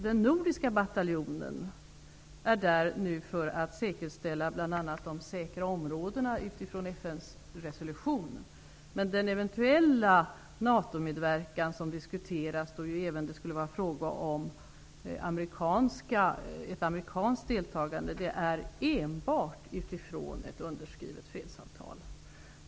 Den nordiska bataljonen är där nu för att säkerställa bl.a. ''de säkra områdena'' utifrån FN:s resolution, men den eventuella NATO-medverkan som diskuteras, då det ju även skulle vara fråga om ett amerikanskt deltagande, sker enbart utifrån ett underskrivet fredsavtal.